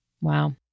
Wow